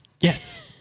Yes